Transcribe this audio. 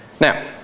Now